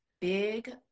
big